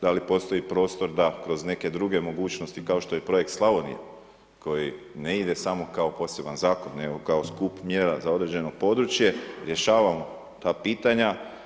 Da li postoji prostor da kroz neke druge mogućnosti, kao što je projekt Slavonija koji ne ide samo kao poseban zakon, nego kao skup mjera za određeno područje, rješavamo ta pitanja.